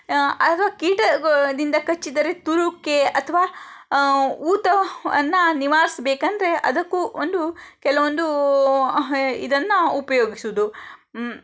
ಅಥ್ವಾ ಕೀಟ ದಿಂದ ಕಚ್ಚಿದರೆ ತುರಿಕೆ ಅಥವಾ ಊತವನ್ನು ನಿವಾರಿಸ್ಬೇಕಂದ್ರೆ ಅದಕ್ಕೂ ಒಂದು ಕೆಲವೊಂದು ಇದನ್ನು ಉಪ್ಯೋಗಿಸೋದು